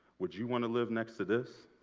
would you want to live next to this?